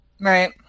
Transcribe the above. Right